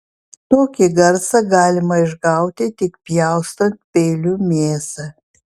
tokį garsą galima išgauti tik pjaustant peiliu mėsą